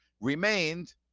remained